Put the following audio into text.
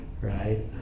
right